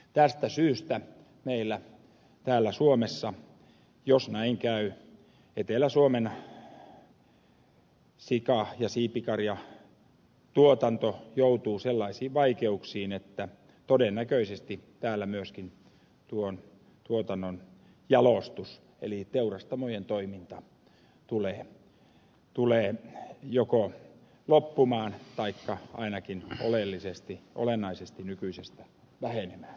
tästä syystä meillä täällä suomessa jos näin käy etelä suomen sika ja siipikarjatuotanto joutuu sellaisiin vaikeuksiin että todennäköisesti täällä myöskin tuon tuotannon jalostus eli teurastamojen toiminta tulee joko loppumaan taikka ainakin olennaisesti nykyisestä vähenemään